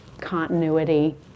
continuity